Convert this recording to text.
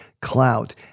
Clout